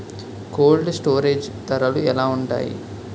Cold storage ధరలు ఎలా ఉంటాయి?